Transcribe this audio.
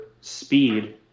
speed